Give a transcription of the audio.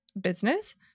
business